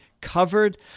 covered